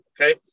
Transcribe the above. okay